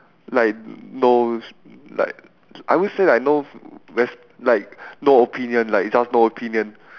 like no like I won't say like no it's like no opinion like just no opinion